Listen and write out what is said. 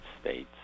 states